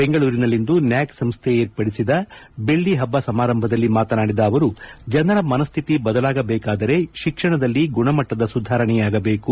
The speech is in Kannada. ಬೆಂಗಳೂರಿನಲ್ಲಿಂದು ನ್ಯಾಕ್ ಸಂಸ್ವೆ ಏರ್ಪಡಿಸಿದ ಬೆಳ್ಳಿಹಬ್ಬ ಸಮಾರಂಭದಲ್ಲಿ ಮಾತನಾಡಿದ ಅವರು ಜನರ ಮನಸ್ವಿತಿ ಬದಲಾಗಬೇಕಾದರೆ ಶಿಕ್ಷಣದಲ್ಲಿ ಗುಣಮಟ್ಟದ ಸುಧಾರಣೆಯಾಗಬೇಕು